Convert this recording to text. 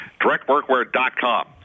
directworkwear.com